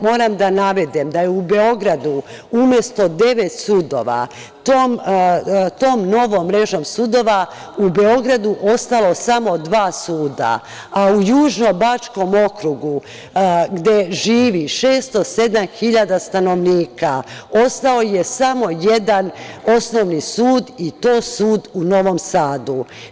Moram da navedem da je u Beogradu umesto devet sudova tom novom mrežom sudova, u Beogradu ostala samo dva suda, a u Južno Bačkom okrugu gde živi 607.000 stanovnika ostao je samo jedan osnovni sud i to sud u Novom Sadu.